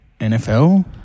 NFL